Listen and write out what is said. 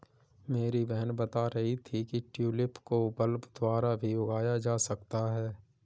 मेरी बहन बता रही थी कि ट्यूलिप को बल्ब द्वारा भी उगाया जा सकता है